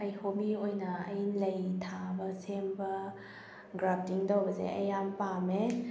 ꯑꯩ ꯍꯣꯕꯤ ꯑꯣꯏꯅ ꯑꯩ ꯂꯩ ꯊꯥꯕ ꯁꯦꯝꯕ ꯒ꯭ꯔꯥꯐꯇꯤꯡ ꯇꯧꯕꯁꯦ ꯑꯩ ꯌꯥꯝ ꯄꯥꯝꯃꯦ